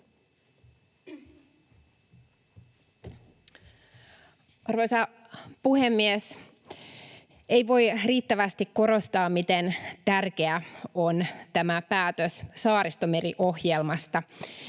Arvoisa puhemies! Ei voi riittävästi korostaa, miten tärkeä on tämä päätös Saaristomeri-ohjelmasta,